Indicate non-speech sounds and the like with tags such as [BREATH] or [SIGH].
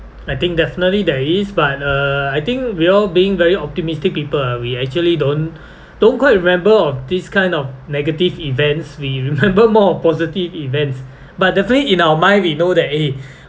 I think definitely there is but uh I think we all being very optimistic people uh we actually don't [BREATH] don't quite remember of this kind of negative events we remember [LAUGHS] more positive events but definitely in our mind we know that eh